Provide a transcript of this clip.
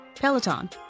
peloton